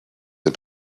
and